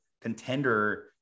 contender